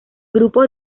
grupo